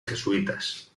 jesuitas